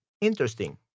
Interesting